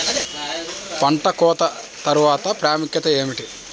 పంట కోత తర్వాత ప్రాముఖ్యత ఏమిటీ?